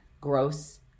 gross